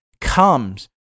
comes